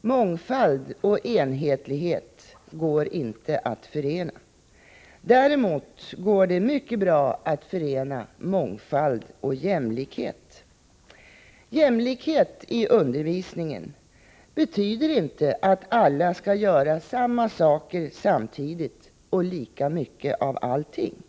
Mångfald och enhetlighet går inte att förena. Däremot kan man förena mångfald och jämlikhet. Jämlikhet betyder inte att alla skall göra samma saker samtidigt och lika mycket av allting.